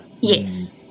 Yes